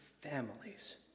families